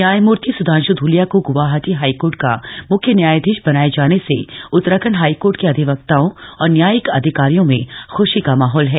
न्यायमूर्ति सुधांश् धूलिया को ग्वाहाटी हाईकोर्ट का म्ख्य न्यायधीश बनाये जाने से उत्तराखण्ड हाईकोर्ट के अधिवक्ताओं और न्यायिक अधिकरियों में ख्शी का माहौल है